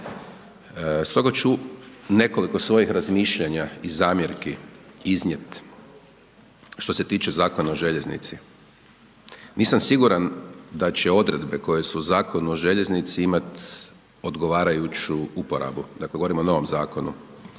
Stoga ću nekoliko svojih razmišljanja i zamjerki iznijet, što se tiče Zakona o željeznici. Nisam siguran da će odredbe koje su u Zakonu o željeznici imat odgovarajuću uporabu, dakle, govorimo o novom zakonu,